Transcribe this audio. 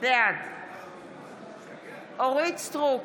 בעד אורית מלכה סטרוק,